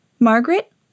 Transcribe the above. Margaret